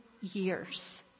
years